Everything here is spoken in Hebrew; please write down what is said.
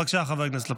בבקשה, חבר הכנסת לפיד.